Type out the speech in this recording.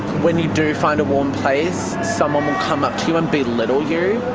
when you do find a warm place, someone will come up to you and belittle you.